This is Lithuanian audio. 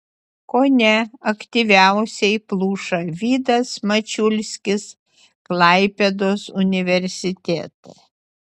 kone aktyviausiai pluša vidas mačiulskis klaipėdos universitete